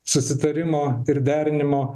susitarimo ir derinimo